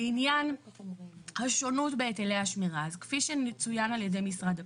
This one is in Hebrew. לעניין השונות בהיטלי השמירה - כפי שצוין על ידי משרד הפנים,